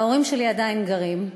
וההורים שלי עדיין גרים שם.